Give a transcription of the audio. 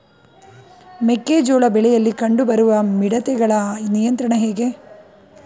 ಮೆಕ್ಕೆ ಜೋಳ ಬೆಳೆಯಲ್ಲಿ ಕಂಡು ಬರುವ ಮಿಡತೆಗಳ ನಿಯಂತ್ರಣ ಹೇಗೆ?